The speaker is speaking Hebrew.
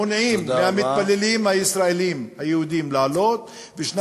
מונעים מהמתפללים הישראלים היהודים לעלות, ב.